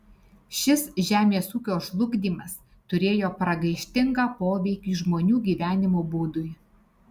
šis žemės ūkio žlugdymas turėjo pragaištingą poveikį žmonių gyvenimo būdui